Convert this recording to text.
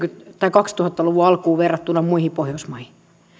kaksituhatta luvun alkuun nähden ja verrattuna muihin pohjoismaihin